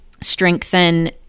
strengthen